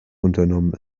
unternommen